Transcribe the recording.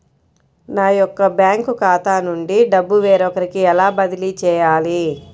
నా యొక్క బ్యాంకు ఖాతా నుండి డబ్బు వేరొకరికి ఎలా బదిలీ చేయాలి?